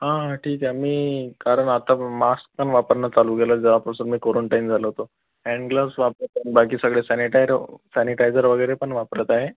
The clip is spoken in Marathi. हा ठीक आहे मी कारण आता मास्क पण वापरणं चालू केलं जेव्हा पासून मी कॉरंटाईन झालो होतो हॅन्डग्लोज वापरतो बाकी सगळे सॅनिटाई सॅनिटाईजर वगैरे पण वापरत आहे